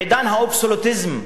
עידן האבסולוטיזם,